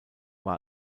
war